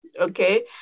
Okay